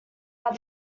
but